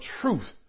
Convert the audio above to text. truth